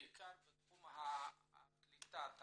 בעיקר בתחום קליטת העלייה,